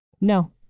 No